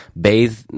bathe